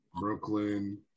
Brooklyn